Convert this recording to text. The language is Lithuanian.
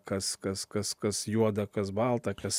kas kas kas kas juoda kas balta kas